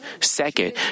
Second